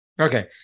Okay